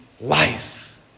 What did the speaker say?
life